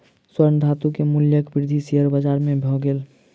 स्वर्ण धातु के मूल्यक वृद्धि शेयर बाजार मे भेल